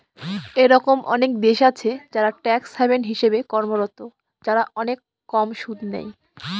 এরকম অনেক দেশ আছে যারা ট্যাক্স হ্যাভেন হিসেবে কর্মরত, যারা অনেক কম সুদ নেয়